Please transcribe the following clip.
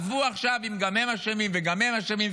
עזבו עכשיו אם גם הם אשמים וגם הם אשמים,